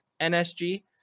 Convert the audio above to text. NSG